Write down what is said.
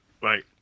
Right